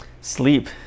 Sleep